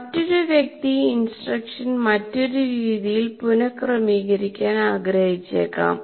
മറ്റൊരു വ്യക്തി ഇൻസ്ട്രക്ഷൻ മറ്റൊരു രീതിയിൽ പുന ക്രമീകരിക്കാൻ ആഗ്രഹിച്ചേക്കാം